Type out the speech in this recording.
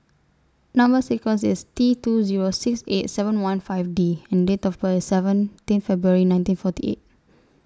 Number sequence IS T two Zero six eight seven one five D and Date of birth IS seventeen February nineteen forty eight